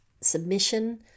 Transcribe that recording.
submission